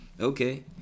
okay